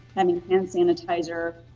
i mean hand sanitizer.